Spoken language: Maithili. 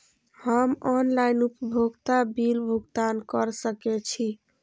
हम ऑनलाइन उपभोगता बिल भुगतान कर सकैछी?